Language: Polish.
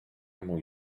mój